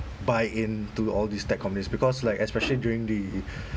buy in to all these tech companies because like especially during the